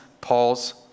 Paul's